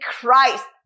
Christ